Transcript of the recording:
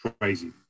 crazy